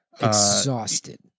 exhausted